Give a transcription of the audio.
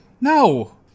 No